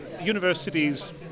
universities